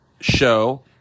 show